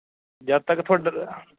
ਜਦ ਤੱਕ ਤੁਹਾਡਾ